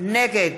נגד